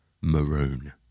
maroon